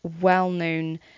well-known